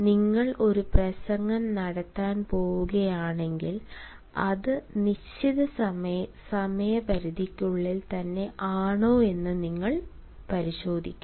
നിങ്ങൾ ഒരു പ്രസംഗം നടത്താൻ പോവുകയാണെങ്കിൽ അത് നിശ്ചിത സമയപരിധിക്കുള്ളിൽ തന്നെ ആണോ എന്ന് നിങ്ങൾ പരിശോധിക്കും